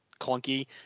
clunky